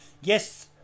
Yes